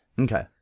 Okay